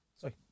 Sorry